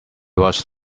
was